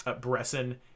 Bresson